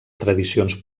tradicions